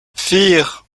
vier